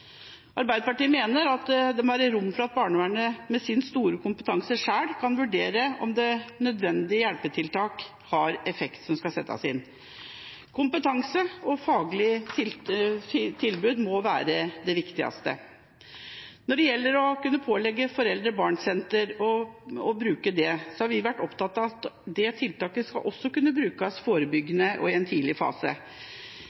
Arbeiderpartiet mener at det må være rom for at barnevernet med sin store kompetanse sjøl kan vurdere om nødvendige hjelpetiltak som skal settes inn, har effekt. Kompetanse og godt faglig tilbud må være det viktigste. Når det gjelder det å kunne pålegge foreldre–barn-senter – et pålegg om å bruke det – har vi vært opptatt av at det tiltaket skal også kunne brukes forebyggende og i en tidlig fase,